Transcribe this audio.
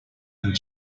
and